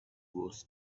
was